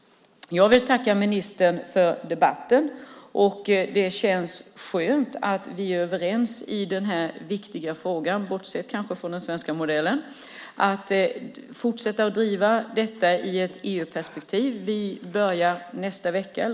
Jag vill tacka ministern för debatten. Det känns skönt att vi är överens i denna viktiga fråga, bortsett kanske från den svenska modellen. Sverige ska fortsätta att driva detta med ett EU-perspektiv.